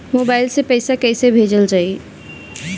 Mobile से पैसा कैसे भेजल जाइ?